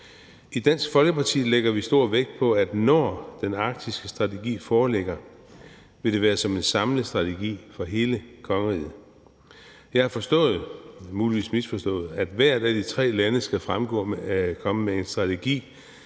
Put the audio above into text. I Dansk Folkeparti lægger vi stor vægt på, at når den arktiske strategi foreligger, vil det være som en samlet strategi for hele kongeriget. Jeg har forstået, muligvis misforstået, at hvert af de tre lande skal komme med en strategi,